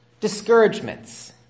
discouragements